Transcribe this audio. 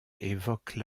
évoquent